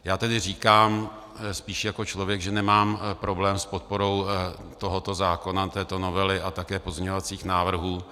Já tedy říkám spíš jako člověk, že nemám problém s podporou tohoto zákona, této novely a také pozměňovacích návrhů.